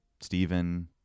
Stephen